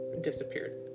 disappeared